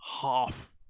half